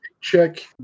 check